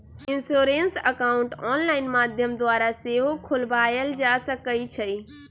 insurance account online माध्यम द्वारा सेहो खोलबायल जा सकइ छइ